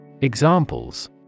Examples